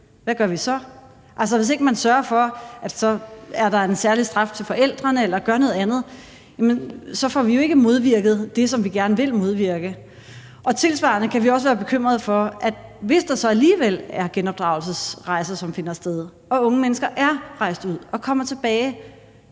hvad gør vi så? Hvis man ikke sørger for, at der er en særlig straf til forældrene eller gør noget andet, får vi jo ikke modvirket det, vi gerne vil modvirke. Vi kan også være bekymrede for, at hvis der så alligevel finder genopdragelsesrejser sted, kan de unge mennesker, der er rejst ud, komme